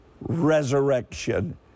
resurrection